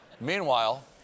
Meanwhile